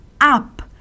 up